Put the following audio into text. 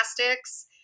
plastics